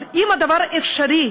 אז אם הדבר אפשרי,